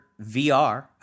VR